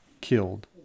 killed